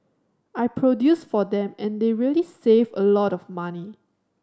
I produce for them and they really save a lot of money